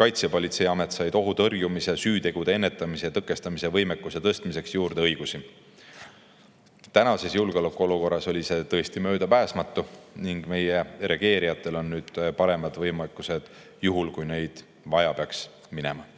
Kaitsepolitseiamet said ohu tõrjumise, süütegude ennetamise ja tõkestamise võimekuse tõstmiseks õigusi juurde. Tänases julgeolekuolukorras oli see tõesti möödapääsmatu ning meie reageerijatel on nüüd paremad võimekused, juhuks kui neid vaja peaks minema.